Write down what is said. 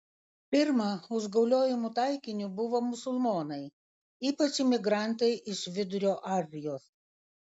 pirma užgauliojimų taikiniu buvo musulmonai ypač imigrantai iš vidurio azijos